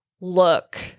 look